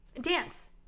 Dance